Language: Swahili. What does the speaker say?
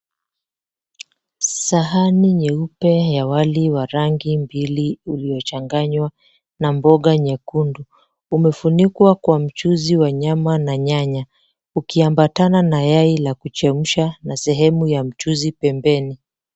Sahani nyeupe ya wali wa rangi mbili uliochanganywa na mboga nyekundu. Umefunikwa kwa mchuzi wa nyama na nyanya ukiambatana na yai la kuchemsha na sehemu ya mchuzi pembeni.